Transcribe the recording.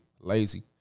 lazy